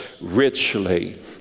richly